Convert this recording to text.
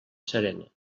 serena